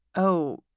oh,